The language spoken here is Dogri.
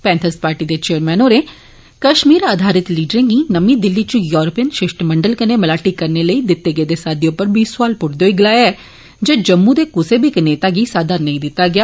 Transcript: पैंथर्स पार्टी दे चेयरमैन होरें कश्मीर आधारित लीडरें गी नमीं दिल्ली इच यूरोपियन शिष्टमंडल कन्नै मलाटी करने लेई दित्ते गेदे साद्दे उप्पर बी सौआल प्रद्दे होई गलाया जे जम्मू दे कुसै बी इक नेता गी साद्दा नेई दित्ता गेआ